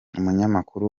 umunyamakuru